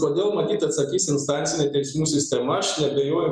kodėl matyt atsakys instancinė tesimų sistema aš neabejoju